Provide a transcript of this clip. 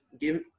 give